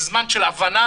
זה זמן של הבנה,